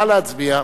נא להצביע.